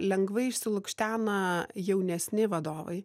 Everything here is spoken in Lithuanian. lengvai išsilukštena jaunesni vadovai